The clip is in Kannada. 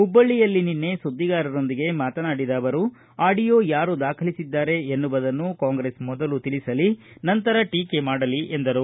ಹುಬ್ಬಳ್ಳಿಯಲ್ಲಿ ನಿನ್ನೆ ಸುದ್ದಿಗಾರರೊಂದಿಗೆ ಮಾತನಾಡಿದ ಅವರು ಆಡಿಯೊ ಯಾರು ದಾಖಲಿಸಿದ್ದಾರೆ ಎನ್ನುವುದನ್ನು ಕಾಂಗ್ರೆಸ್ ಮೊದಲು ತಿಳಿಸಲಿ ನಂತರ ಟೀಕೆ ಮಾಡಲಿ ಎಂದರು